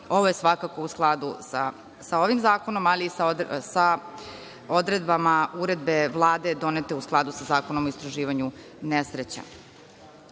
Ovo je svakako u skladu sa ovim zakonom, ali sa odredbama uredbe Vlade donete u skladu sa Zakonom o istraživanju nesreća. Drugo